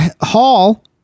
Hall